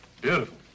Beautiful